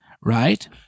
Right